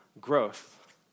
growth